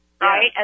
right